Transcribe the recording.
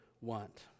want